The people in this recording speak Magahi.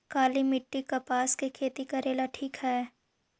काली मिट्टी, कपास के खेती करेला ठिक हइ?